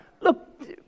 Look